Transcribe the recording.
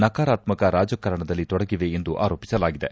ನಕಾರಾತ್ಕಕ ರಾಜಕಾರಣದಲ್ಲಿ ತೊಡಗಿವೆ ಎಂದು ಆರೋಪಿಸಲಾಗಿದೆ